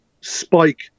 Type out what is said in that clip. spike